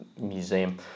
museum